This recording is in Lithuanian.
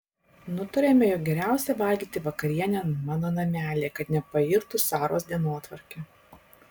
nutariame jog geriausia valgyti vakarienę mano namelyje kad nepairtų saros dienotvarkė